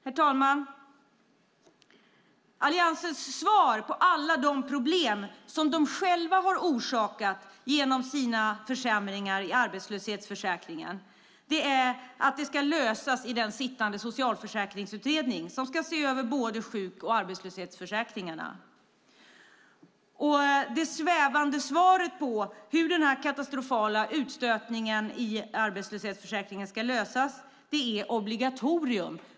Herr talman! Alliansens svar på alla de problem som de själva har orsakat genom sina försämringar i arbetslöshetsförsäkringen är att de ska lösas i den sittande socialförsäkringsutredning som ska se över både sjuk och arbetslöshetsförsäkringarna. Det svävande svaret på hur den här katastrofala utstötningen ur arbetslöshetsförsäkringen ska lösas är ett obligatorium.